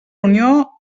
unió